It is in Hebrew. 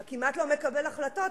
אתה כמעט לא מקבל החלטות,